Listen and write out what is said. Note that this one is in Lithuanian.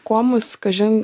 kuo mus kažin